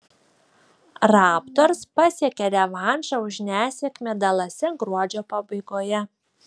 raptors pasiekė revanšą už nesėkmę dalase gruodžio pabaigoje